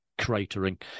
cratering